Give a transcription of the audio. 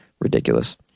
Ridiculous